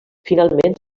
finalment